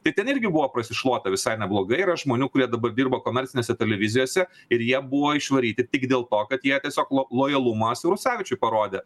tai ten irgi buvo pasišluota visai neblogai yra žmonių kurie dabar dirba komercinėse televizijose ir jie buvo išvaryti tik dėl to kad jie tiesiog lo lojalumą siaurusevičiui parodė